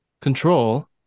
control